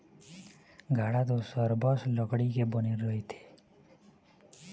गाड़ा तो सरबस लकड़ी के बने रहिथे